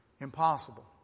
impossible